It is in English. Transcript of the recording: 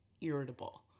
irritable